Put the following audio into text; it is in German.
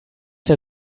der